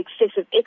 excessive